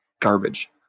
garbage